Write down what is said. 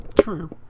True